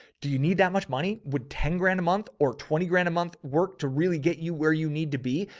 do you need that much money? would ten grand a month or twenty grand a month work to really get you? you need to be,